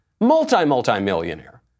multi-multi-millionaire